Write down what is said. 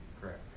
Correct